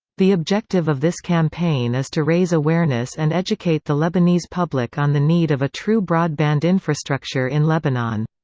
the objective of this campaign is to raise awareness and educate the lebanese public on the need of a true broadband infrastructure in lebanon.